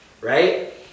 right